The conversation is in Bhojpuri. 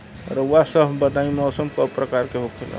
रउआ सभ बताई मौसम क प्रकार के होखेला?